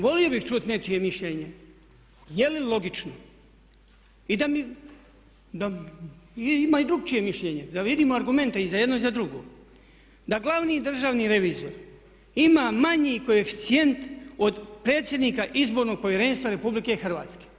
Volio bih čuti nečije mišljenje je li logično i da mi, ima i drukčije mišljenje, da vidimo argumente i za jedno i za drugo, da glavni državni revizor ima manji koeficijent od predsjednika Izbornog povjerenstva Republike Hrvatske.